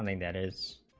that is